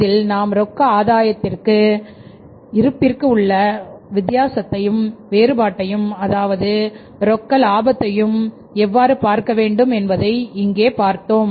இதில் நம் ரொக்க ஆதாயத்திற்கும் இருப்பிற்கும் உள்ள வித்தியாசத்தையும் வேறுபாட்டை அதாவது ரொக்கத்தையும் லாபத்தையும் எவ்வாறு பார்க்க வேண்டும் என்பதையும் இங்கே பார்த்தோம்